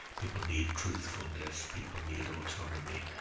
people need truthfulness, people need autonomy,